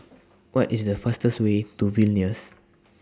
What IS The fastest Way to Vilnius